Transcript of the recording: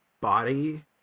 body